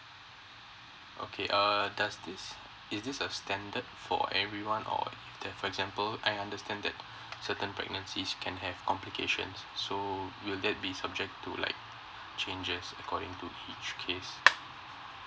okay uh does this is this a standard for everyone or that for example I understand that certain pregnancies can have complications so will that be subject to like changes according to each case